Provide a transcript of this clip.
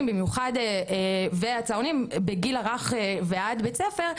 והצהרונים ובמיוחד בגיל הרך ועד בית הספר,